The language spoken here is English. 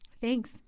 Thanks